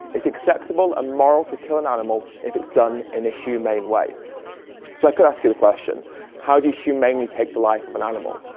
it's acceptable and moral to kill an animal if it's done in a humane way so i could ask you the question how do you humanely take the life of an animal?